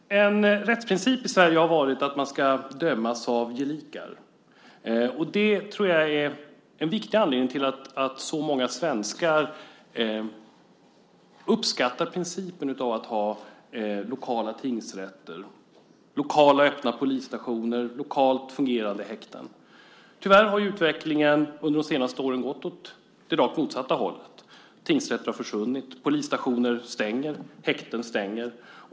Herr talman! En rättsprincip i Sverige har varit att man ska dömas av gelikar. Det tror jag är en viktig anledning till att så många svenskar uppskattar principen att ha lokala tingsrätter, lokala öppna polisstationer och lokalt fungerande häkten. Tyvärr har utvecklingen under de senaste åren gått åt motsatt håll. Tingsrätter har försvunnit. Polisstationer stänger. Häkten stänger.